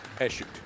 issued